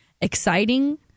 exciting